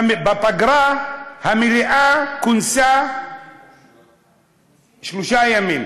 בפגרה המליאה כונסה שלושה ימים: